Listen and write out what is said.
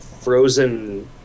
frozen